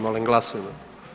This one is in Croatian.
Molim glasujmo.